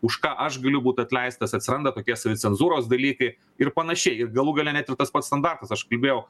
už ką aš galiu būt atleistas atsiranda tokie savicenzūros dalykai ir panašiai ir galų gale net ir tas pats standartas aš kalbėjau